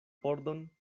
pordon